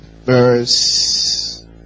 Verse